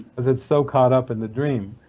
because it's so caught up in the dream.